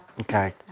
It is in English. Okay